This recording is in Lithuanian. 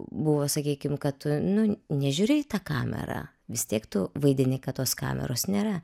buvo sakykim kad tu nu nežiūri į tą kamerą vis tiek tu vaidini kad tos kameros nėra